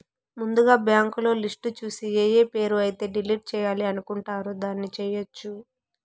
ముందుగా బ్యాంకులో లిస్టు చూసి ఏఏ పేరు అయితే డిలీట్ చేయాలి అనుకుంటారు దాన్ని చేయొచ్చు